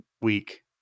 week